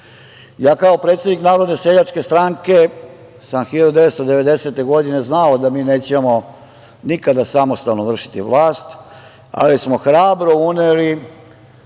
kao predsednik Narodne seljačke stranke sam 1999. godine znao da mi nećemo nikada samostalno vršiti vlast, ali smo hrabro uneli